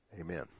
Amen